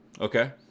Okay